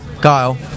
Kyle